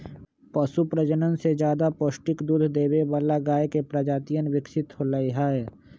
पशु प्रजनन से ज्यादा पौष्टिक दूध देवे वाला गाय के प्रजातियन विकसित होलय है